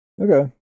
Okay